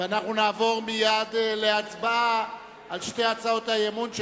ואנחנו נעבור מייד להצבעה על שתי הצעות האי-אמון,